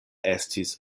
estis